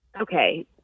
Okay